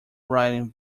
writing